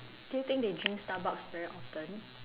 do you think they drink starbucks very often